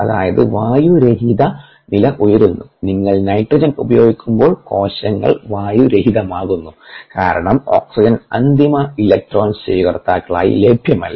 അതായത് വായുരഹിത നില ഉയരുന്നു നിങ്ങൾ നൈട്രജൻ ഉപയോഗിക്കുമ്പോൾ കോശങ്ങൾ വായുരഹിതമാവുന്നു കാരണം ഓക്സിജൻ അന്തിമ ഇലക്ട്രോൺ സ്വീകർത്താക്കളായി ലഭ്യമല്ല